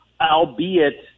albeit